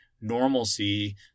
normalcy